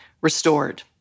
restored